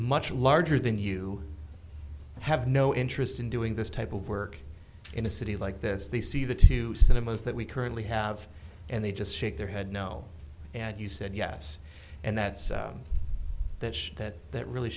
much larger than you have no interest in doing this type of work in a city like this they see the two cinemas that we currently have and they just shake their head no and he said yes and that's that that that really